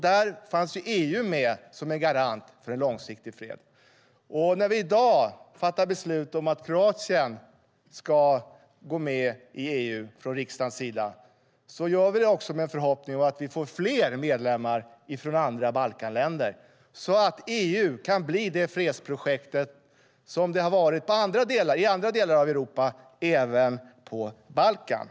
Där fanns EU med som en garant för en långsiktig fred. När vi i dag från riksdagens sida fattar beslut om att Kroatien ska gå med i EU gör vi det också med en förhoppning om att vi får fler medlemmar från andra Balkanländer, så att EU kan bli det fredsprojekt som det har varit i andra delar av Europa även på Balkan.